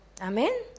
Amen